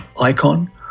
icon